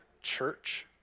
church